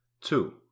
two